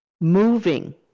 moving